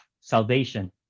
salvation